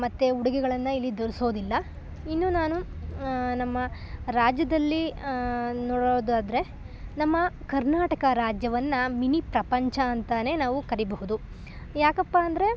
ಮತ್ತು ಉಡುಗೆಗಳನ್ನು ಇಲ್ಲಿ ಧರ್ಸೋದಿಲ್ಲ ಇನ್ನು ನಾನು ನಮ್ಮ ರಾಜ್ಯದಲ್ಲಿ ನೋಡೋದಾದ್ರೆ ನಮ್ಮ ಕರ್ನಾಟಕ ರಾಜ್ಯವನ್ನು ಮಿನಿ ಪ್ರಪಂಚ ಅಂತೆಯೇ ನಾವು ಕರಿಬಹುದು ಯಾಕಪ್ಪ ಅಂದರೆ